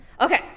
Okay